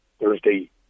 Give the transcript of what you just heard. Thursday